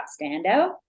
standout